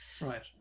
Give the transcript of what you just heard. right